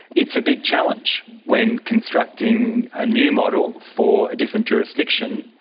it's a big challenge when constructing a new model for a different jurisdiction,